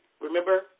remember